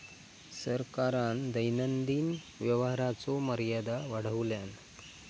सरकारान दैनंदिन व्यवहाराचो मर्यादा वाढवल्यान